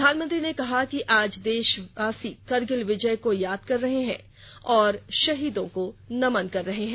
प्रधानमंत्री ने कहा कि आज देशवासी करगिल विजय को याद कर रहे हैं और शहीदों को नमन कर रहे हैं